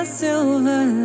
silver